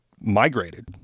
migrated